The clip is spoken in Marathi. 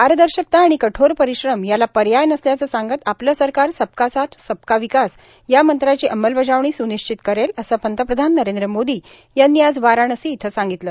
पारदर्शकता आणि कठोर परिश्रम याला पर्याय नसल्याचं सांगत आपलं सरकार सबका साथ सबका विकास या मंत्राची अंमबलजावणी स्निश्चित करेल असं पंतप्रधान नरेंद्र मोदी यांनी आज वाराणसी इथं सांगितलं